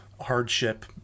hardship